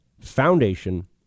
Foundation